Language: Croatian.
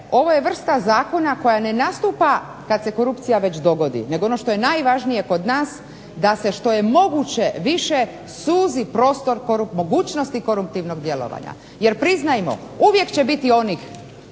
ovo je vrsta zakona koja ne nastupa kada se korupcija već dogodi, nego što je ono najvažnije kod nas da se što je moguće više suzi mogućnosti koruptivnog djelovanja. Jer priznajmo uvijek će biti onih